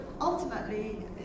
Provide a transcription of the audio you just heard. ultimately